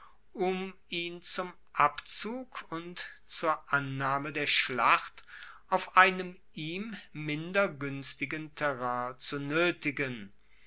um ihn zum abzug und zur annahme der schlacht auf einem ihm minder guenstigen terrain zu noetigen